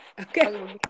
Okay